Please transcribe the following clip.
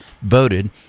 voted